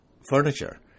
furniture